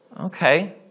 Okay